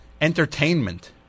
entertainment